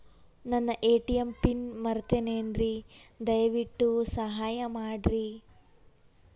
ನನ್ನ ATM PIN ಮರೆತೇನ್ರೀ, ದಯವಿಟ್ಟು ಸಹಾಯ ಮಾಡ್ರಿ